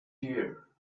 year